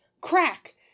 Crack